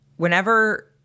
Whenever